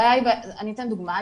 אני אתן דוגמה,